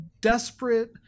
desperate